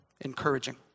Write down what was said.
encouraging